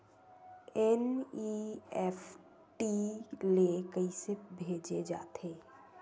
NEFT ले कइसे भेजे जाथे?